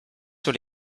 sur